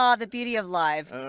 ah the beauty of life.